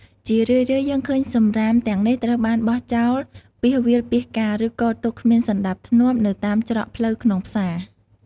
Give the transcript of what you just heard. ជារឿយៗ យើងឃើញសំរាមទាំងនេះត្រូវបានបោះចោលពាសវាលពាសកាល ឬគរទុកគ្មានសណ្ដាប់ធ្នាប់នៅតាមច្រកផ្លូវក្នុងផ្សារ។